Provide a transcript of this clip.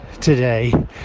today